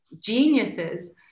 geniuses